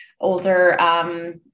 older